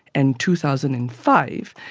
and two thousand and five.